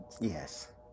Yes